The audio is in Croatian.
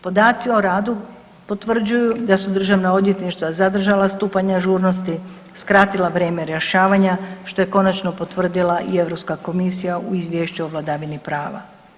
Podaci o radu potvrđuju da su državna odvjetništva zadržala stupanj ažurnosti, skratila vrijeme rješavanja, što je konačno potvrdila i EU komisija u Izvješću o vladavini prava.